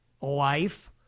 life